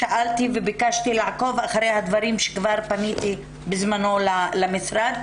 שאלתי וביקשתי לעקוב אחרי הדברים שבעניינם כבר פניתי בזמנו למשרד.